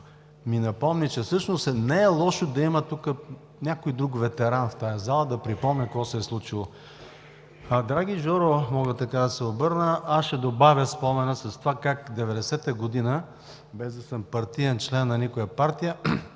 ми напомни, че всъщност не е лошо да има тук някой друг ветеран в тази зала, да припомня какво се е случило. Драги Жоро, мога така да се обърна, аз ще добавя спомена с това как 1990 година, без да съм партиен член на никоя партия,